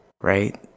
right